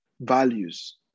values